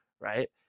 Right